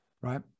right